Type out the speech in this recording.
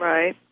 Right